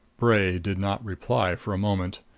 bray did not reply for a moment.